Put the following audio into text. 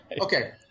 Okay